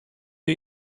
you